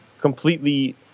completely